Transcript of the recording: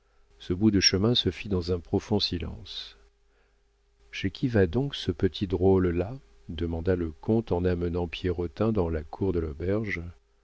ce bout de chemin se fit dans un profond silence chez qui va donc ce petit drôle-là demanda le comte en amenant pierrotin dans la cour de l'auberge